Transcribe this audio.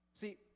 See